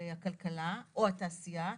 הכלכלה או התעשייה.